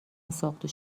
ساقدوش